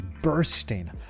bursting